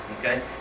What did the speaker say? Okay